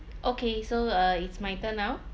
okay so uh it's my turn now